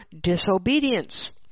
disobedience